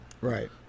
Right